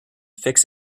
fix